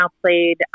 played